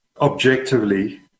objectively